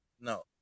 No